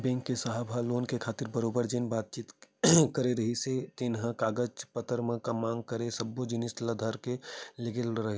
bank के साहेब ह लोन खातिर बरोबर जेन बातचीत करे रिहिस हे जेन कागज पतर मन के मांग करे सब्बो जिनिस ल धर के लेगे रेहेंव